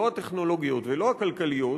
לא הטכנולוגיות ולא הכלכליות,